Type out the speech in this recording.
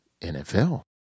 NFL